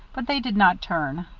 but they did not turn.